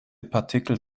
partikel